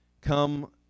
Come